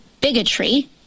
bigotry